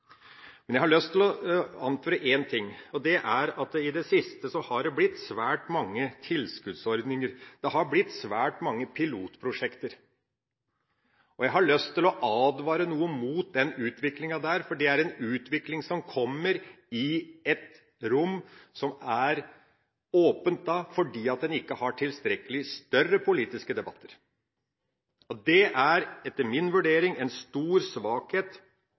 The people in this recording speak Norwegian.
Men jeg har lyst til å anføre én ting, og det er at i det siste har det blitt svært mange tilskuddsordninger, det har blitt svært mange pilotprosjekter. Jeg har lyst til å advare noe mot den utviklinga, for det er ei utvikling som kommer i et rom som er åpent, fordi man ikke har tilstrekkelig med større politiske debatter. Det er etter min vurdering en stor svakhet